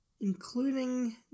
including